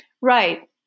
Right